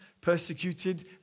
persecuted